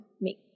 make